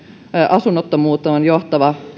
asunnottomuuteen johtava